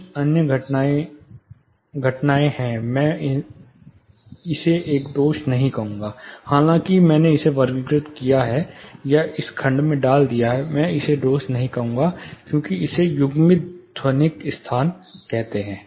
कुछ अन्य घटनाएं है मैं इसे एक दोष नहीं कहूंगा हालांकि मैंने इसे वर्गीकृत किया है या इस खंड में डाल दिया है मैं इसे दोष नहीं कहूंगा लेकिन हम इसे युग्मित ध्वनिक स्थान कहते हैं